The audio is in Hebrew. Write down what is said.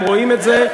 הם רואים את זה,